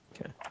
Okay